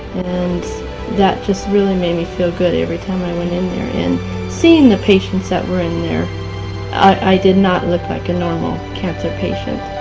and that just really made me feel good every time i went in there. seeing the patients that were in there i did not look like a normal cancer patient.